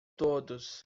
todos